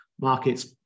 Markets